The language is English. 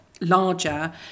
larger